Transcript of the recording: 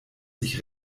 sich